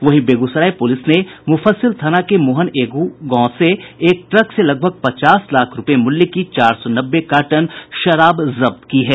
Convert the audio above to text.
वहीं बेगूसराय पुलिस ने मुफसिल थाना के मोहन ऐघु में एक ट्रक से लगभग पचास लाख रुपए मूल्य की चार सौ नब्बे कार्टन विदेशी शराब जब्त की है